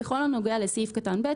בכל הנוגע לסעיף קטן (ב),